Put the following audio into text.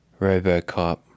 Robocop